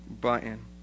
button